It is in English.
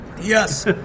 Yes